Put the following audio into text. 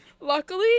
Luckily